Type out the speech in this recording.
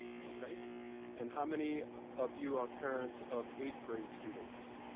okay and how many of you are parents of eighth grade students?